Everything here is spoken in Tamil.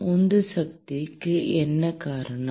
உந்து சக்திக்கு என்ன காரணம்